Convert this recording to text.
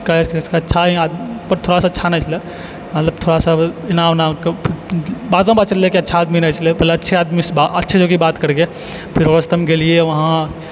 अच्छापर थोड़ा सा अच्छा नहि छलै मतलब थोड़ा सा एना ओना कऽ बादमे पता चललै कि अच्छा आदमी नहि छलै पहिले अच्छा आदमीसँ बात करैके फेर वहाँ सँ हम गेलियै वहाँ